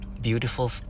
beautiful